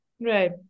Right